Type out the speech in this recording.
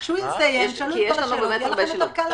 כשהוא יסיים תשאלו את כל השאלות ויהיה לכם קל יותר להבין.